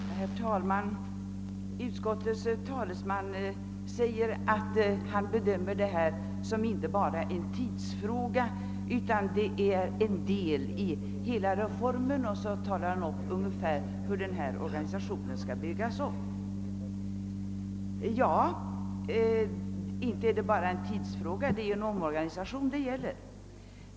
Herr talman! Utskottets talesman säger att han bedömer detta inte bara som en tidsfråga utan som en del i hela reformen, och vidare talade han om ungefär hur organisationen skall byggas upp. Det är riktigt att det inte bara är en tidsfråga — det är ju en omorganisation det gäller.